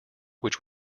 which